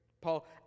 Paul